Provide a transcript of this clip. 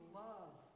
love